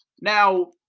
Now